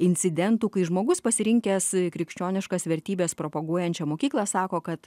incidentų kai žmogus pasirinkęs krikščioniškas vertybes propaguojančią mokyklą sako kad